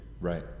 right